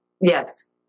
Yes